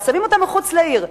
אבל שמים אותה מחוץ לעיר.